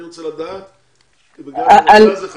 אני רוצה לדעת כמה זמן כי הנושא הזה חשוב.